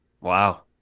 Wow